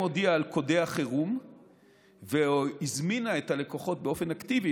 הודיעה על קודי החירום והזמינה את הלקוחות באופן אקטיבי,